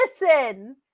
Listen